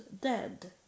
dead